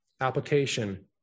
application